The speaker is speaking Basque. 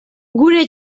gure